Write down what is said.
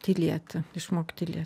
tylėti išmokt tylėt